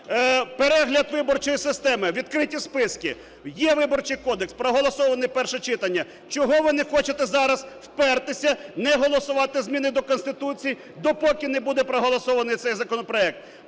Перегляд виборчої системи, відкриті списки. Є Виборчий кодекс, проголосоване перше читання. Чого ви не хочете зараз впертися, не голосувати зміни до Конституції, допоки не буде проголосований цей законопроект?